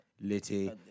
Litty